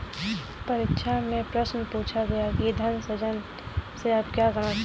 परीक्षा में प्रश्न पूछा गया कि धन सृजन से आप क्या समझते हैं?